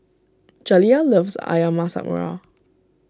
Jaliyah loves Ayam Masak Merah